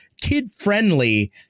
kid-friendly